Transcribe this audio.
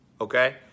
okay